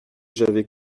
j’avais